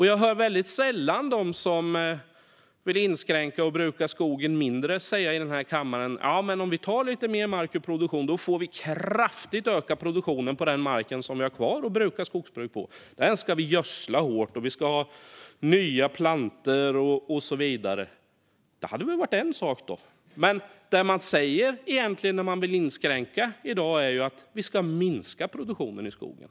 Jag hör väldigt sällan dem som vill inskränka och minska skogsbruket säga i denna kammare att om vi tar lite mer mark ur produktion får vi kraftigt öka produktionen på den mark som vi har kvar till skogsbruk och gödsla den hårt, ha nya plantor och så vidare. Det hade varit en sak. Men det de som i dag vill inskränka egentligen säger är att vi ska minska produktionen i skogen.